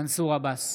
מנסור עבאס,